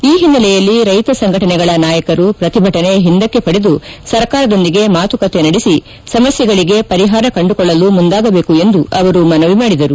ಈ ಹಿನ್ನೆಲೆಯಲ್ಲಿ ರೈತ ಸಂಘಟನೆಗಳ ನಾಯಕರು ಪ್ರತಿಭಟನೆ ಹಿಂದಕ್ಕೆ ಪಡೆದು ಸರ್ಕಾರದೊಂದಿಗೆ ಮಾತುಕತೆ ನಡೆಸಿ ಸಮಸ್ಥೆಗಳಿಗೆ ಪರಿಹಾರ ಕಂಡುಕೊಳ್ಳಲು ಮುಂದಾಗದೇಕು ಎಂದು ಅವರು ಮನವಿ ಮಾಡಿದರು